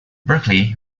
berkeley